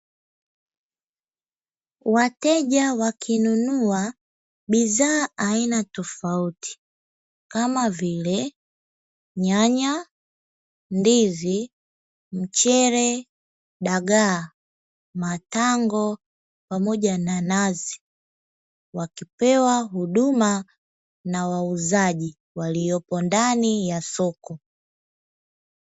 Wateja wakinunua bidhaa aina tofauti kama vile nyanya, ndizi, mchele, dagaa, matango pamoja na nazi wakipewa huduma na wauzaji waliopo ndani ya soko.